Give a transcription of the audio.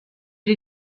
die